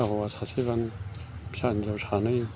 फिसा हौवा सासेबानो फिसा हिन्जाव सानै